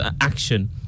action